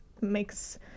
makes